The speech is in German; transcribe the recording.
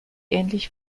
ähnlich